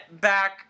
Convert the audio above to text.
back